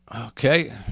Okay